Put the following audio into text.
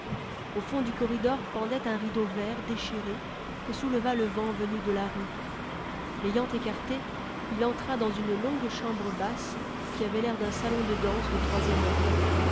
au fond du corridor pendait un rideau vert déchiré que souleva le vent venu de la rue l'ayant écarté il entra dans une longue chambre basse qui avait l'air d'un salon de danse de troisième ordre